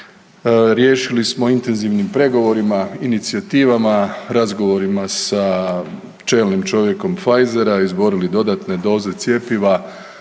riješili smo intenzivnim pregovorima, inicijativama, razgovorima sa čelnim čovjekom Pfizera, izborili dodatne doze cjepiva